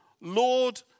Lord